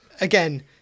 again